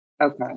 Okay